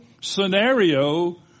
scenario